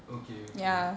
okay okay